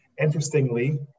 Interestingly